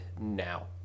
now